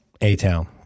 A-Town